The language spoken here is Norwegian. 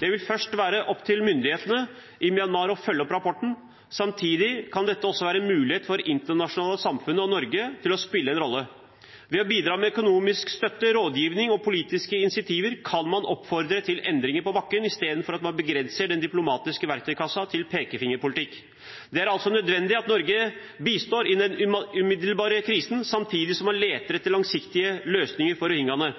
Det vil først og fremst være opp til myndighetene i Myanmar å følge opp rapporten. Samtidig kan dette også være en mulighet for det internasjonale samfunnet og Norge til å spille en rolle. Ved å bidra med økonomisk støtte, rådgiving og politiske incentiver kan man oppfordre til endringer på bakken, i stedet for at man begrenser den diplomatiske verktøykassen til pekefingerpolitikk. Det er altså nødvendig at Norge bistår i den umiddelbare krisen, samtidig som man leter etter langsiktige løsninger for rohingyaene.